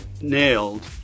nailed